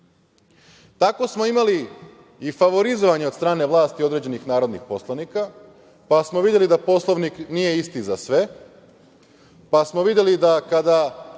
smo imali i favorizovanje od strane vlasti određenih narodnih poslanika, pa smo videli da Poslovnik nije isti za sve, pa smo videli da kada